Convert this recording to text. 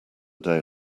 day